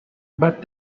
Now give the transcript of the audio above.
but